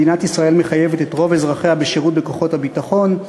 מדינת ישראל מחייבת את רוב אזרחיה בשירות בכוחות הביטחון,